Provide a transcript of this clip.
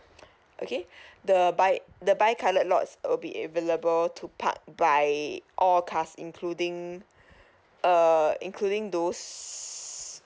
okay the bi the bi coloured lots will be available to park by all cars including err including those